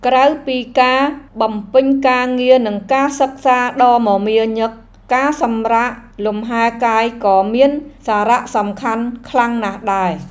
ក្រៅពីការបំពេញការងារនិងការសិក្សាដ៏មមាញឹកការសម្រាកលំហែកាយក៏មានសារៈសំខាន់ខ្លាំងណាស់ដែរ។